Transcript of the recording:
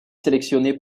sélectionné